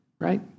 Right